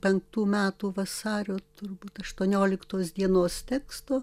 penktų metų vasario turbūt aštuonioliktos dienos teksto